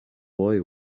boy